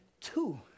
Two